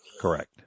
correct